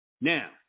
Now